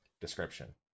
description